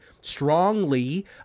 strongly